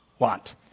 want